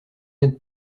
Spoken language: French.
n’êtes